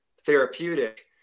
therapeutic